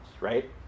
right